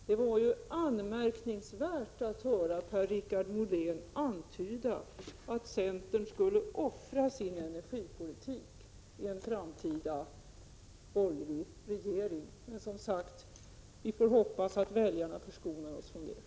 Det var anmärkningsvärt att höra Per-Richard Molén antyda att centern skulle offra sin energipolitik i en framtida borgerlig regering, men vi får hoppas att väljarna förskonar oss från det.